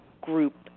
group